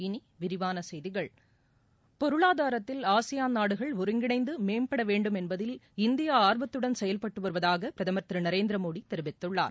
இனி விரிவான செய்திகள் பொருளாதாரத்தில் ஆசியான் நாடுகள் ஒருங்கிணைந்து மேம்பட வேண்டும் என்பதில் இந்தியா ஆர்வத்துடன் செயல்பட்டு வருவதாக பிரதமர் திரு நரேந்திர மோடி தெரிவித்துள்ளார்